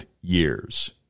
years